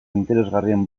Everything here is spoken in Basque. interesgarrien